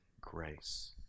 grace